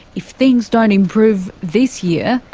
if things don't improve this year,